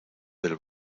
del